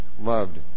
loved